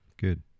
good